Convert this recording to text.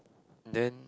then